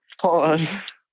Pause